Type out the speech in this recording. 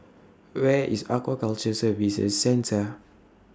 Where IS Aquaculture Services Centre